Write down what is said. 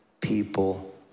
people